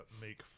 make